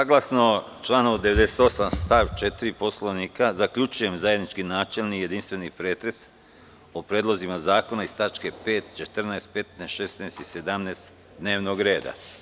Saglasno članu 98. stav 4. Poslovnika, zaključujem zajednički načelni i jedinstveni pretres o predlozima zakona iz tačke 5, 14, 15, 16. i 17. dnevnog reda.